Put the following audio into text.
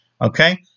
okay